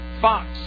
fox